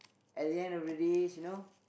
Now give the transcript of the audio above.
at the end of the days you know